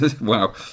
Wow